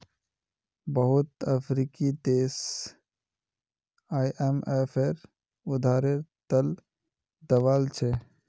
बहुत अफ्रीकी देश आईएमएफेर उधारेर त ल दबाल छ